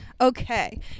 Okay